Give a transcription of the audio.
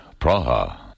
Praha